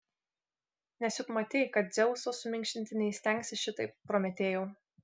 nes juk matei kad dzeuso suminkštinti neįstengsi šitaip prometėjau